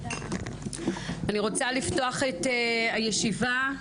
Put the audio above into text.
שלום, אני מתכבדת לפתוח את הישיבה.